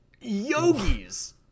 yogis